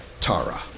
Tara